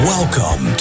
Welcome